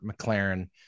McLaren